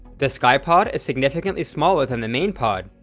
the skypod is significantly smaller than the main pod,